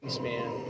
man